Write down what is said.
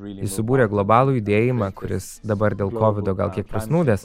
ji subūrė globalų judėjimą kuris dabar dėl kovido gal kiek prisnūdęs